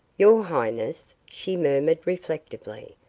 your highness! she murmured reflectively.